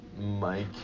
Mike